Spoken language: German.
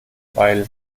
weil